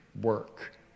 work